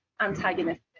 antagonistic